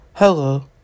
Hello